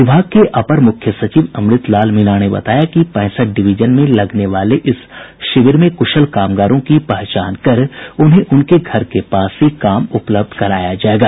विभाग के अपर मुख्य सचिव अमृत लाल मीणा ने बताया कि पैंसठ डिविजन में लगने वाले इस शिविर में कुशल कामगारों की पहचान कर उन्हें उनके घर के पास ही काम उपलब्ध कराया जायेगा